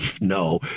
No